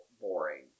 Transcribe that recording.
boring